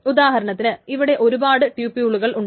ഉദാഹരണത്തിന് ഇവിടെ ഒരുപാട് ടൂപ്യൂകളുകൾ ഉണ്ട്